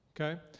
Okay